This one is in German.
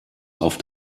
auf